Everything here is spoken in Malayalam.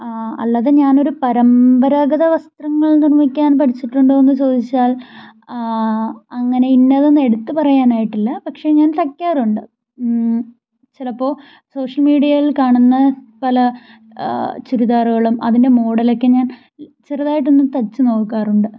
അല്ലാതെ ഞാനൊരു പരമ്പരാഗത വസ്ത്രങ്ങൾ നിർമ്മിക്കാൻ പഠിച്ചിട്ടുണ്ടോയെന്ന് ചോദിച്ചാൽ അങ്ങനെ ഇന്നതെന്ന് എടുത്ത് പറയാനായിട്ടില്ല പക്ഷേ ഞാൻ തയ്ക്കാറുണ്ട് ചിലപ്പോൾ സോഷ്യൽ മീഡിയയിൽ കാണുന്ന പല ചുരിദാറുകളും അതിൻ്റെ മോഡലൊക്കെ ഞാൻ ചെറുതായിട്ടൊന്ന് തയ്ച്ച് നോക്കാറുണ്ട്